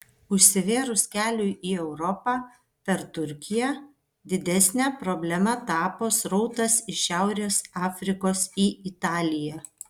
užsivėrus keliui į europą per turkiją didesne problema tapo srautas iš šiaurės afrikos į italiją